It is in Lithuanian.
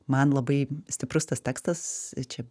man labai stiprus tas tekstas čia